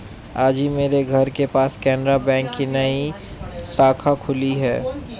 आज ही मेरे घर के पास केनरा बैंक की नई शाखा खुली है